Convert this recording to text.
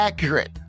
Accurate